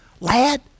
lad